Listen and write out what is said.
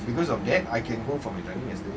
oh I see